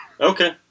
Okay